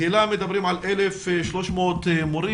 בהיל"ה מדברים על 1,300 מורים,